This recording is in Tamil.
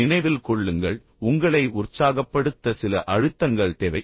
நினைவில் கொள்ளுங்கள் உங்களை உற்சாகப்படுத்த சில அழுத்தங்கள் தேவை